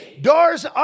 Doors